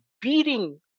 beating